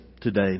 today